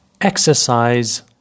Exercise